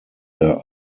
their